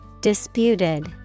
Disputed